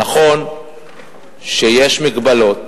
נכון שיש מגבלות.